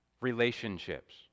relationships